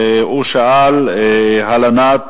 והוא שאל על הלנת